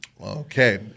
Okay